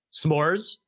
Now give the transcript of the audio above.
s'mores